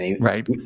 right